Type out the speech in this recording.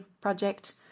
project